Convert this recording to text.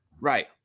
Right